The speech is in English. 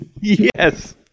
Yes